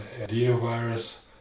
adenovirus